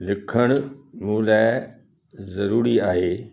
लिखणु मूं लाइ ज़रूरी आहे